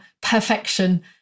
perfection